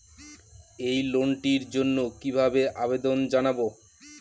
এই লোনটির জন্য কিভাবে আবেদন জানাবো?